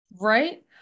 Right